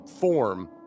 form